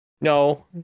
No